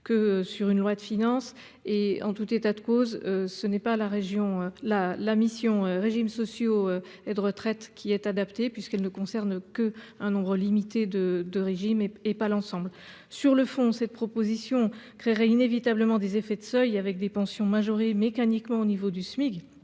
que sur une loi de finances et en tout état de cause, ce n'est pas la région la la mission régimes sociaux et de retraite qui est adapté puisqu'elle ne concerne que un nombre limité de de régime et et pas l'ensemble sur le fond, cette proposition créerait inévitablement des effets de seuil avec des pensions majorées mécaniquement au niveau du SMIC